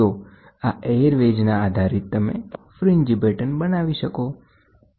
તો આ air wedge ના આધારિત તમે ફ્રીન્જ પેટર્ન બનાવી શકો